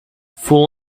full